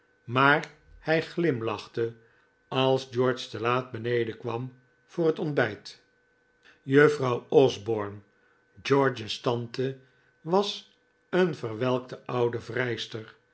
maar hij glimlachte als george te laat beneden kwam voor het ontbijt juffrouw osborne george's tante was een verwelkte oude vrijster